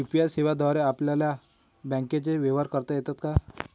UPI सेवेद्वारे आपल्याला बँकचे व्यवहार करता येतात का?